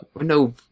No